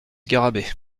garrabet